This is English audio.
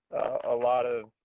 a lot of